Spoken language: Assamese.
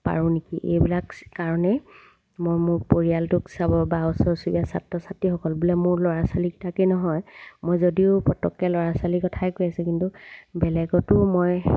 পাৰোঁ নেকি এইবিলাক কাৰণেই মই মোৰ পৰিয়ালটোক চাব বা ওচৰ চুবুৰীয়া ছাত্ৰ ছাত্ৰীসকল বোলে মোৰ ল'ৰা ছোৱালীকেইটাকে নহয় মই যদিও পটকৈ ল'ৰা ছোৱালীৰ কথাই কৈ আছোঁ কিন্তু বেলেগতো মই